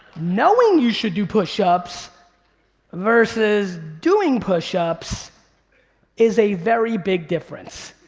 knowing you should do pushups versus doing pushups is a very big difference.